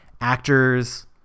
actors